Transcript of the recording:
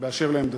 באשר לעמדתי.